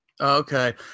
Okay